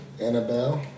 Annabelle